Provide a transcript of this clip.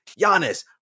Giannis